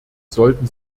sollten